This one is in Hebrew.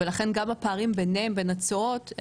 ולכן גם הפערים ביניהם בין התשואות,